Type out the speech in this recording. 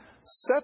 set